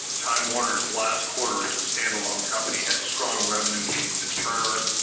time warner's last quarter as a standalone company had strong revenue gains at turner,